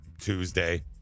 Tuesday